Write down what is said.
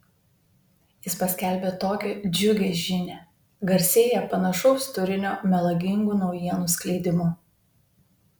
jis paskelbė tokią džiugią žinią garsėja panašaus turinio melagingų naujienų skleidimu